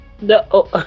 No